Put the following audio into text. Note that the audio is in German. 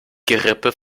gerippe